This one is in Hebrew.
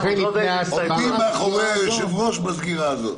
עומדים מאחורי היושב-ראש בסגירה הזאת.